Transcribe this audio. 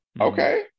Okay